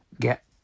Get